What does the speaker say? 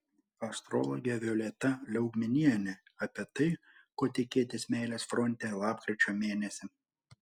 astrologė violeta liaugminienė apie tai ko tikėtis meilės fronte lapkričio mėnesį